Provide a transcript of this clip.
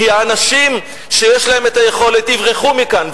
כי האנשים שיש להם היכולת יברחו מכאן,